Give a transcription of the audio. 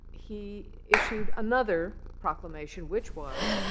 he issued another proclamation, which was,